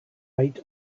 might